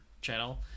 channel